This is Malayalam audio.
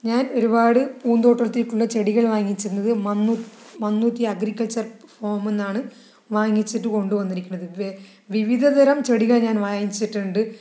ഞാൻ ഒരുപാട് പൂന്തോട്ടത്തിലേക്കുള്ള ചെടികൾ വാങ്ങിച്ചിരുന്നത് മണ്ണൂത്തി അഗ്രിക്കൾച്ചർ ഫാമിൽ നിന്നാണ് വാങ്ങിച്ചിട്ട് കൊണ്ടുവന്നിരിക്കണത് വിവിധതരം ചെടികൾ ഞാൻ വാങ്ങിച്ചിട്ടുണ്ട്